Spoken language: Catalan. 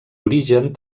origen